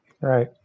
Right